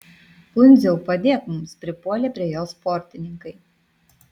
pundziau padėk mums pripuolė prie jo sportininkai